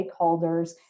stakeholders